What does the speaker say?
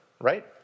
right